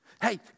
hey